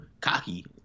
cocky